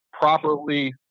properly